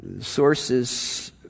sources